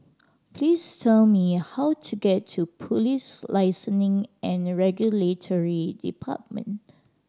please tell me how to get to Police Licensing and Regulatory Department